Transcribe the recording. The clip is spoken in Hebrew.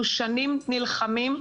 אנחנו שנים נלחמים.